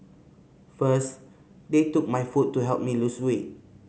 first they took my food to help me lose weight